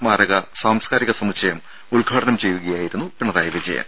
സ്മാരക സാംസ്കാരിക സമുച്ചയം ഉദ്ഘാടനം ചെയ്യുകയായിരുന്നു പിണറായി വിജയൻ